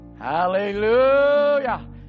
Hallelujah